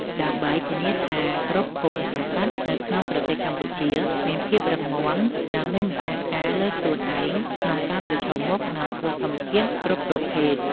ដើម្បីធានាថាគ្រប់ភូមិសង្កាត់នៅក្នុងប្រទេសកម្ពុជា មានភាពរឹងមាំ និងមានម្ចាស់ការលើខ្លួនឯងក្នុងការប្រឈមមុខនឹងគ្រោះធម្មជាតិគ្រប់ប្រភេទ។